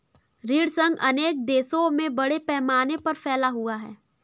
ऋण संघ अनेक देशों में बड़े पैमाने पर फैला हुआ है